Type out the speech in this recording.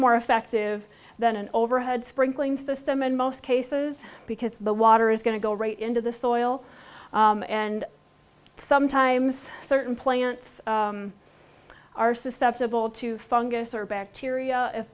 more effective than an overhead sprinkling to the stem in most cases because the water is going to go right into the soil and sometimes certain plants are susceptible to fungus or bacteria if